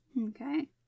Okay